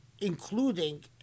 including